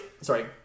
sorry